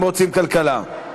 כלכלה.